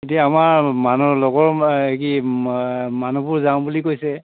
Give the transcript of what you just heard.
এতিয়া আমাৰ মানুহ লগৰ এই কি মানুহবোৰ যাওঁ বুলি কৈছে